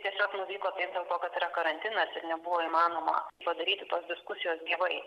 tiesiog nu vyko dėl to kad yra karantinas ir nebuvo įmanoma padaryti tos diskusijos gyvai